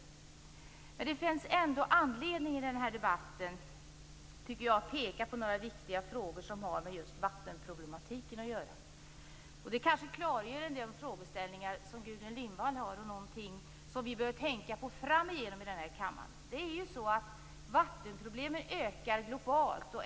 Det finns ändå anledning att peka på några viktiga frågor som har med just vattenproblematiken att göra. Det kanske klargör en del frågeställningar som Gudrun Linvall har och det kan vara någonting som vi bör tänka på framöver i den här kammaren. Vattenproblemen ökar globalt.